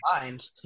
mind